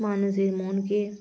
মানুষের মনকে